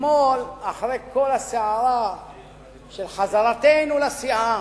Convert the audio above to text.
אתמול אחרי כל הסערה של חזרתנו לסיעה,